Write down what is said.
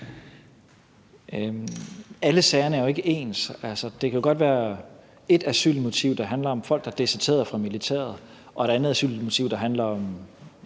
Alle sagerne er jo ikke ens. Det kan godt være, at der er ét asylmotiv, det handler om, at folk er deserteret fra militæret, og et andet asylmotiv, der handler om